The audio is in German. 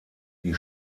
die